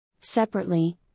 Separately